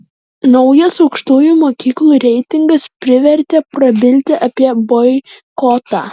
naujas aukštųjų mokyklų reitingas privertė prabilti apie boikotą